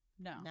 No